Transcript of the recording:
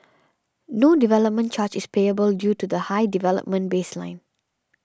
no development charge is payable due to the high development baseline